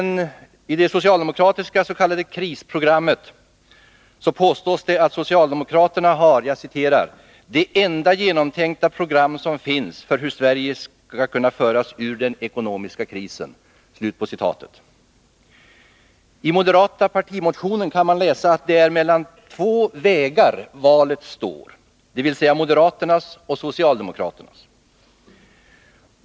I det socialdemokratiska s.k. krisprogrammet påstås det att socialdemokraterna har ”det enda genomtänkta program som finns för hur Sverige kan föras ur den ekonomiska krisen”. I moderaternas partimotion kan man läsa att det är mellan ”två vägar valet står”, dvs. moderaternas och socialdemokraternas.